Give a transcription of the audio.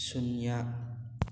ꯁꯨꯟꯅ꯭ꯌꯥ